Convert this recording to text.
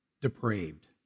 depraved